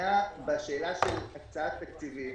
שדינה בשאלה של הקצאת תקציבים